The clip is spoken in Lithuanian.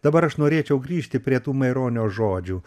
dabar aš norėčiau grįžti prie tų maironio žodžių